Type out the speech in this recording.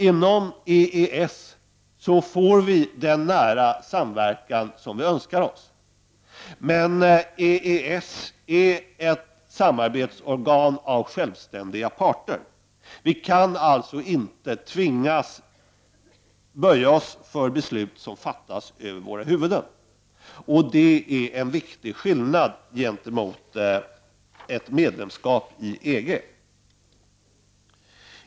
Inom EES får vi den nära samverkan som vi önskar oss. Men EES är ett samarbetsorgan bestående av självständiga parter. Vi kan alltså inte tvingas böja oss för beslut som fattas över våra huvuden. Det är en viktig skillnad i förhållande till ett medlemskap i EG.